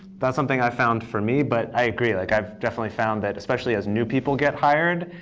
that's something i found for me. but i agree. like i've definitely found that especially as new people get hired,